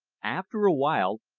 after a while,